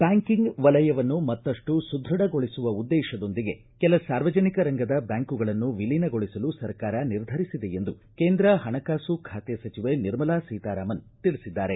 banking ವಲಯವನ್ನು ಮತ್ತಷ್ಟು ಸುದ್ಯಢಗೊಳಿಸುವ ಉದ್ದೇಶದೊಂದಿಗೆ ಕೆಲ ಸಾರ್ವಜನಿಕ ರಂಗದ ಬ್ಕಾಂಕುಗಳನ್ನು ವಿಲೀನಗೊಳಿಸಲು ಸರ್ಕಾರ ನಿರ್ಧರಿಸಿದೆ ಎಂದು ಕೇಂದ್ರ ಪಣಕಾಸು ಖಾತೆ ಸಚಿವೆ ನಿರ್ಮಲಾ ಸೀತಾರಾಮನ್ ತಿಳಿಸಿದ್ದಾರೆ